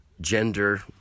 gender